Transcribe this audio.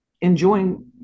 enjoying